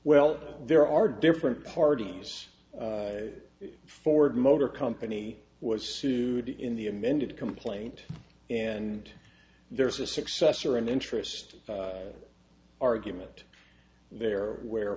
well there are different parties ford motor company was sued in the amended complaint and there's a successor an interesting argument there where